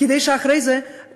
על זה שאחרי זה עולים,